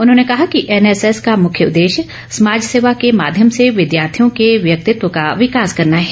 उन्होंने कहा कि एनएसएस का मुख्य उददेश्य समाज सेवा के माध्यम से विद्यार्थियों के व्यक्तित्व का विकास करना है